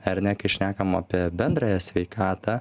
ar ne kai šnekam apie bendrąją sveikatą